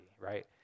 right